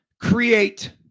create